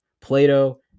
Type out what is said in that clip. Plato